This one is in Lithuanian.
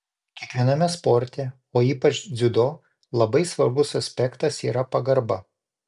kiekviename sporte o ypač dziudo labai svarbus aspektas yra pagarba